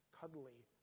cuddly